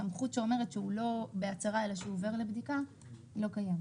הסמכות שאומרת שהוא לא בהצהרה אלא שהוא עובר לבדיקה לא קיימת